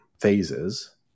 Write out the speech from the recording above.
phases